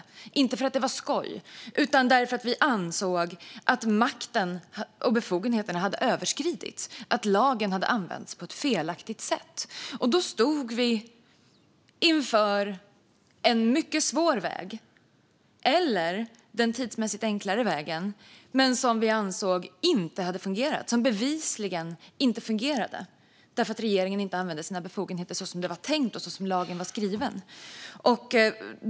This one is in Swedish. Det var inte för att det var skoj utan därför att vi ansåg att makten och befogenheterna hade överskridits och att lagen hade använts på ett felaktigt sätt. Då stod vi inför antingen en mycket svår väg eller den tidsmässigt enklare vägen, som vi ansåg inte hade fungerat. Den fungerade bevisligen inte eftersom regeringen inte använde sina befogenheter som det var tänkt och som lagen var skriven.